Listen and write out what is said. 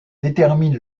détermine